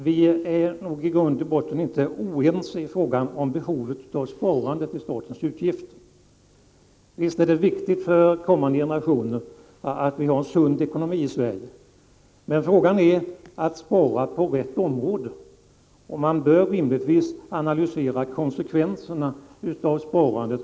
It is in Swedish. Herr talman! Vi är nog i grund och botten inte oense i frågan om behovet av sparande i statens utgifter. Visst är det viktigt för kommande generationer att vi har en sund ekonomi i Sverige. Men frågan gäller att spara på rätt område, och man bör rimligtvis analysera vilka konsekvenserna på olika områden blir av sparandet.